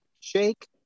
shake